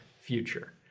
future